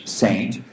saint